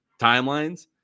timelines